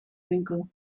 winkel